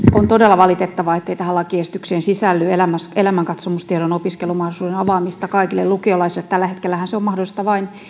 on todella valitettavaa ettei tähän lakiesitykseen sisälly elämänkatsomustiedon opiskelumahdollisuuden avaamista kaikille lukiolaisille tällä hetkellähän se on mahdollista vain